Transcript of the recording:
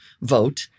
vote